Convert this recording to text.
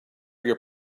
your